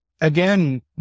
again